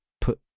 put